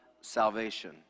salvation